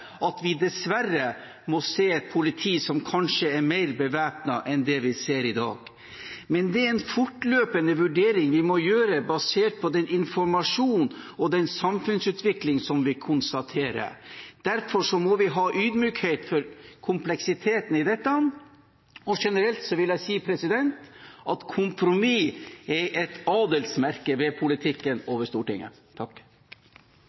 at vi dessverre må se et politi som kanskje er mer bevæpnet enn det vi ser i dag. Det er en fortløpende vurdering vi må gjøre, basert på den informasjon og den samfunnsutvikling som vi konstaterer. Derfor må vi ha ydmykhet for kompleksiteten i dette. Og generelt vil jeg si at kompromiss er et adelsmerke ved politikken og ved Stortinget.